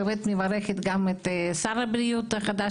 באמת מברכת גם את שר הבריאות החדש,